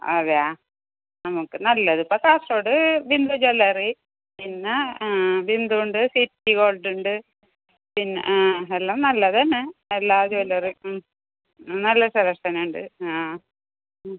അതെയോ നമുക്ക് നല്ലത് ഇപ്പോൾ കാസർഗോഡ് ബിന്ദു ജ്വല്ലറി പിന്നെ ബിന്ദു ഉണ്ട് സിറ്റി ഗോൾഡ് ഉണ്ട് പിന്നെ ആ എല്ലാം നല്ലത് തന്നെ എല്ലാ ജ്വല്ലറിയും നല്ല സെലക്ഷൻ ഉണ്ട് ആ ഉം